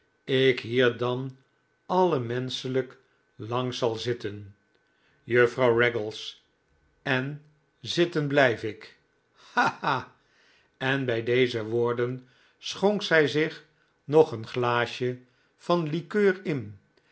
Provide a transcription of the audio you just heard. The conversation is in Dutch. ik hier dan allemenschelijk lang zal zitten juffrouw raggles en zitten blijf ik ha ha en bij deze woorden schonk zij zich nog een glaasje van de likeur in